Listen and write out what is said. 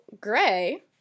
Gray